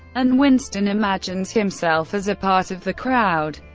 and winston imagines himself as a part of the crowd.